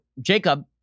Jacob